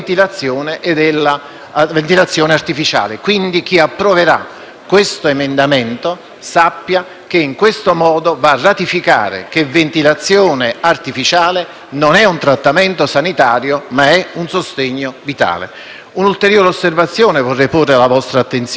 questo emendamento sappia che va a ratificare che la ventilazione artificiale non è un trattamento sanitario ma è un sostegno vitale. Una ulteriore osservazione vorrei porre alla vostra attenzione. Non è il ricorso a una prescrizione medica